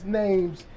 names